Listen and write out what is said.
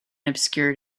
obscured